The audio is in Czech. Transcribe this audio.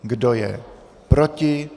Kdo je proti?